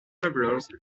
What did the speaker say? travellers